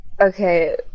Okay